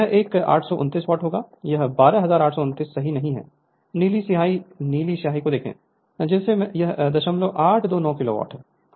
यह एक 829 वाट होगा यह 12 829 सही नहीं है नीली स्याही नीली शाही को देखें जिसमें यह 0829 किलोवाट है